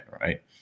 Right